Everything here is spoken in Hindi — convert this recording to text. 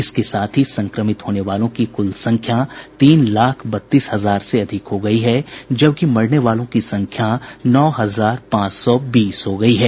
इसके साथ ही संक्रमित होने वालों की कुल संख्या तीन लाख बत्तीस हजार से अधिक हो गई है जबकि मरने वालों की संख्या नौ हजार पांच सौ बीस हो गई है